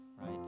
right